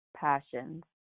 passions